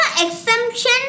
exemption